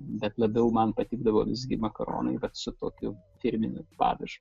bet labiau man patikdavo visgi makaronai su tokiu firminiu padažu